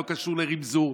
לא קשור לרמזוּר,